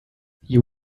you